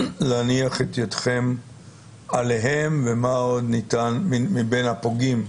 להניח את ידכם עליהם מבין הפוגעים,